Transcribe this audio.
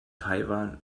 taiwan